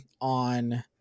on